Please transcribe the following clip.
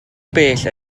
bell